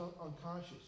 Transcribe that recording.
unconscious